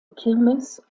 kirmes